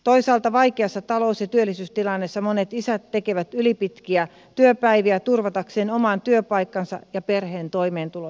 toisaalta vaikeassa talous ja työllisyystilanteessa monet isät tekevät ylipitkiä työpäiviä turvatakseen oman työpaikkansa ja perheen toimeentulon